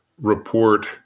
report